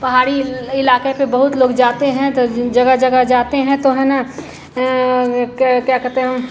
पहाड़ी इलाक़े पर बहुत लोग जाते हैं तो जगह जगह जाते हैं तो है ना क्या कहते हैं